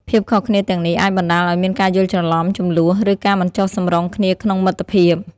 ភាពខុសគ្នាទាំងនេះអាចបណ្ដាលឱ្យមានការយល់ច្រឡំ ជម្លោះ ឬការមិនចុះសម្រុងគ្នាក្នុងមិត្តភាព ។